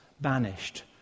banished